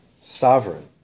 sovereign